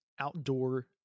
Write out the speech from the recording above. outdoor